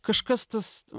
kažkas tas